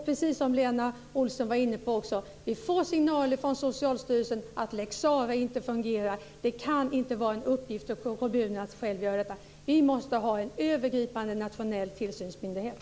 Precis som Lena Olsson var inne på så får vi signaler från Socialstyrelsen att lex Sarah inte fungerar. Det kan inte vara en uppgift för kommunen att själv göra detta. Vi måste ha en övergripande nationell tillsynsmyndighet.